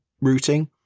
routing